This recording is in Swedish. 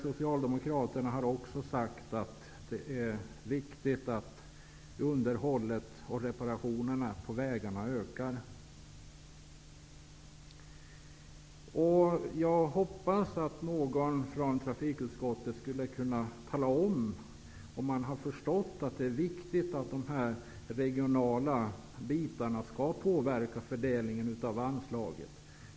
Socialdemokraterna har också sagt att det är viktigt att reparationerna och underhållet av vägarna ökar. Jag hoppas att någon företrädare för trafikutskottet kan tala om ifall man har förstått att det är viktigt att regionala hänsyn skall påverka fördelningen av anslaget.